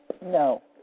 No